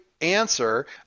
answer